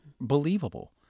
believable